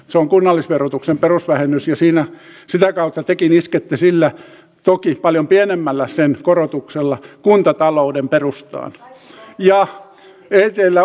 se on kunnallisverotuksen perusvähennys ja sitä kautta tekin iskette toki sen paljon pienemmällä korotuksella kuntatalouden perustaan